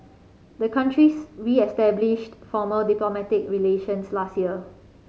the countries reestablished formal diplomatic relations last year